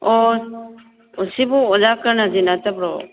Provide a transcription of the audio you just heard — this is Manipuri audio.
ꯑꯣ ꯁꯤꯕꯨ ꯑꯣꯖꯥ ꯀꯔꯅꯖꯤꯠ ꯅꯠꯇꯕ꯭ꯔꯣ